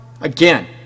Again